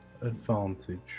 advantage